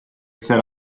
set